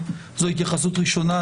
זו התייחסות ראשונה,